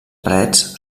parets